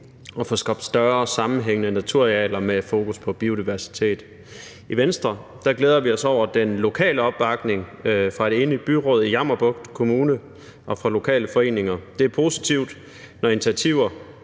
og få skabt større sammenhængende naturarealer med fokus på biodiversitet. I Venstre glæder vi os over den lokale opbakning fra et enigt byråd i Jammerbugt Kommune og fra lokale foreninger. Det er positivt, når initiativer